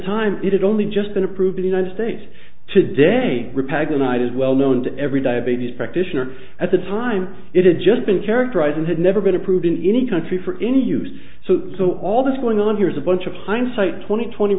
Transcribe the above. time it had only just been approved in united states today repack united well known to every diabetes practitioner at the time it had just been characterized and had never been approved in any country for in use so so all that's going on here is a bunch of hindsight twenty twenty